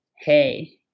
hey